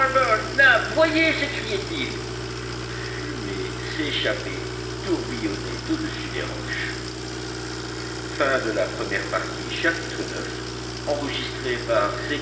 voyez s'écriait-il une fumée s'échappait et tourbillonnait au-dessus des roches